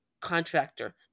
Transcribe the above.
contractor